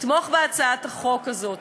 לתמוך בהצעת החוק הזאת.